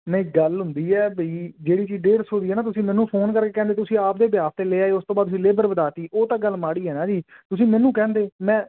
ਨਹੀ ਗੱਲ ਹੁੰਦੀ ਆ ਬਈ ਜਿਹੜੀ ਚੀਜ਼ ਡੇਡ ਸੋ ਦੀ ਨਾ ਤੁਸੀਂ ਮੈਨੂੰ ਫੋਨ ਕਰੇ ਕਹਿੰਦੇ ਤੁਸੀਂ ਆਪ ਦੇ ਬਿਹਾਫ ਤੇ ਲੇ ਆਏ ਉਸ ਤੋਂ ਬਾਅਦ ਲੇਬਰ ਵਧਾ ਤੀ ਉਹ ਤਾਂ ਗੱਲ ਮਾੜੀ ਹੈ ਨਾ ਜੀ ਤੁਸੀਂ ਮੈਨੂੰ ਕਹਿੰਦੇ ਮੈਂ